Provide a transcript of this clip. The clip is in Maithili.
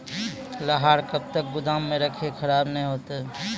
लहार कब तक गुदाम मे रखिए खराब नहीं होता?